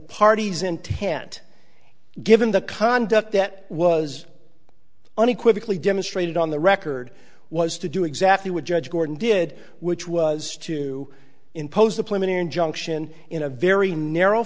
parties intent given the conduct that was unequivocally demonstrated on the record was to do exactly what judge gordon did which was to impose the plume an injunction in a very narrow